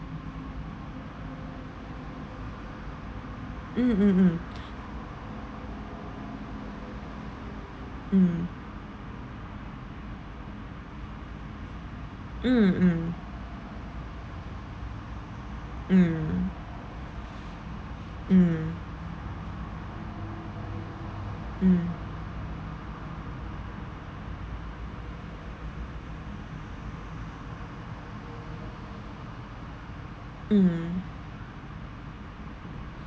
mm mm mm mm mm mm mm mm mm mm